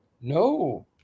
No